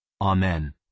Amen